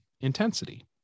intensity